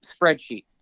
spreadsheet